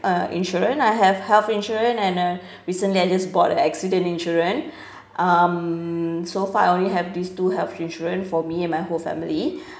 uh insurance I have health insurance and uh recently I just bought an accident insurance um so far I only have this two health insurance for me and my whole family